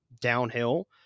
downhill